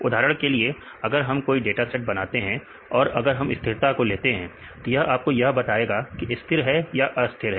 उदाहरण के लिए अगर हम कोई डाटा सेट बनाते हैं और अगर स्थिरता को लेते हैं तो यह आपको यह बताएगा की स्थिर है या अस्थिर है